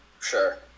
Sure